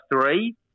three